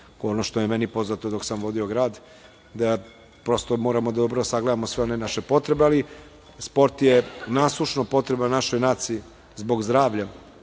ono što je meni poznato dok sam vodio grad. Prosto moramo dobro da sagledamo sve one naše potrebe, ali sport je nasušno potreban našoj naciji zbog zdravlja,